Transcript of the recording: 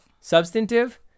Substantive